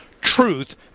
truth